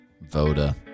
VODA